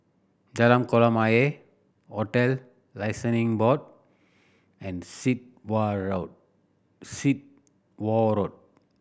Jalan Kolam Ayer Hotel Licensing Board and Sit Wah Road